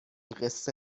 قصه